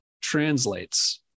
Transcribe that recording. translates